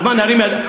אז מה, נרים ידיים?